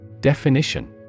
Definition